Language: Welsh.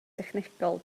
technegol